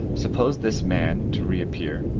suppose this man to reappear,